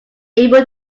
able